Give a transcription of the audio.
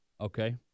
Okay